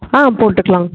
ஆ போட்டுக்கலாமுங்க